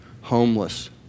homeless